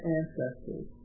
ancestors